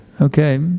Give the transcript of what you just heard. Okay